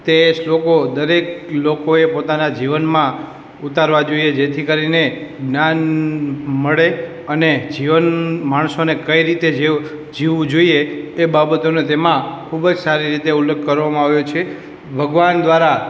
તે શ્લોકો દરેક લોકોએ પોતાનાં જીવનમાં ઉતારવા જોઈએ જેથી કરીને જ્ઞાન મળે અને જીવન માણસનો કઈ રીતે જીવ જીવવું જોઈએ એ બાબતોનો તેમાં ખૂબ જ સારી રીતે ઉલ્લેખ કરવામાં આવ્યો છે ભગવાન દ્વારા